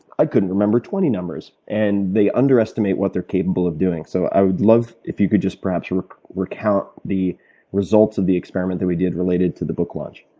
i couldn't remember twenty numbers. and they underestimate what they're capable of doing, so i would love if you could just perhaps recount the results of the experiment that we did related to the book launch.